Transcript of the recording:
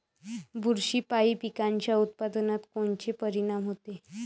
बुरशीपायी पिकाच्या उत्पादनात कोनचे परीनाम होते?